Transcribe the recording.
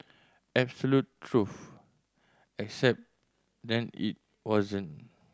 absolute truth except then it wasn't